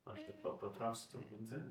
aš taip va patrauksiu truputį